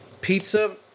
pizza